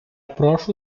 прошу